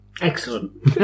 Excellent